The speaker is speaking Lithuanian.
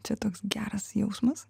čia toks geras jausmas